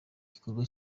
gikorwa